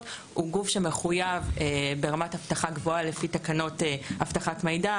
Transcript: הוא גוף שמחויב ברמת אבטחה גבוהה לפי תקנות אבטחת מידע,